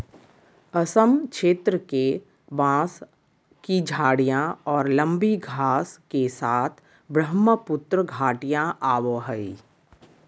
असम क्षेत्र के, बांस की झाडियाँ और लंबी घास के साथ ब्रहमपुत्र घाटियाँ आवो हइ